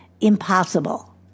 impossible